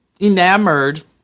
enamored